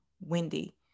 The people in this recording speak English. Wendy